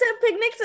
picnics